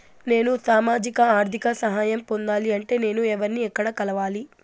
నేను సామాజిక ఆర్థిక సహాయం పొందాలి అంటే నేను ఎవర్ని ఎక్కడ కలవాలి?